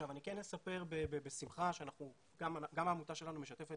אני כן אספר בשמחה שגם העמותה שלנו משתפת